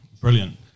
brilliant